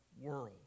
world